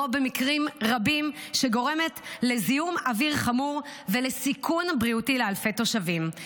במקרים רבים גורמת לזיהום אוויר חמור ולסיכון בריאותי לאלפי תושבים.